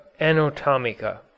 anatomica